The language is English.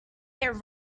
their